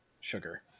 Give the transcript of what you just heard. sugar